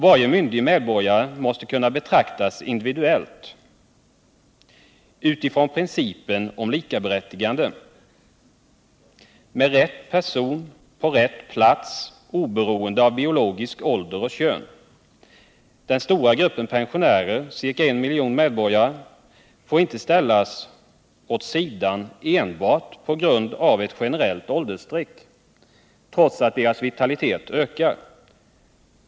Varje myndig medborgare måste kunna betraktas individuellt utifrån principen om likaberättigande, med rätt person på rätt plats oberoende av ålder och kön. Den stora gruppen pensionärer, ca I miljon medborgare, får inte ställas åt sidan enbart på grund av ett generellt åldersstreck, trots att deras vitalitet ökar.